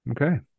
Okay